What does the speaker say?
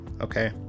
Okay